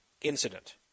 incident